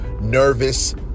nervous